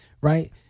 right